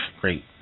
Great